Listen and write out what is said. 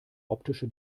optische